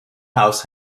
house